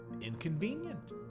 inconvenient